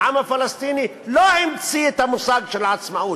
העם הפלסטיני לא המציא את המושג עצמאות,